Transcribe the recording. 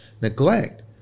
neglect